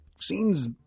seems